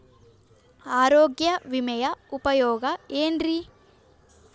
ಆರೋಗ್ಯ ವಿಮೆಯ ಉಪಯೋಗ ಏನ್ರೀ?